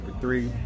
three